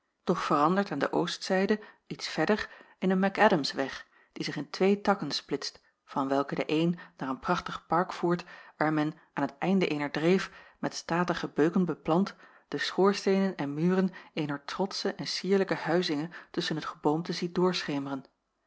doch verandert aan de oostzijde iets verder in een mac adamsweg die zich in twee takken splitst van welken de een naar een prachtig park voert waar men aan t einde eener dreef met statige beuken beplant de schoorsteenen en muren eener trotsche en cierlijke huizinge tusschen het geboomte ziet doorschemeren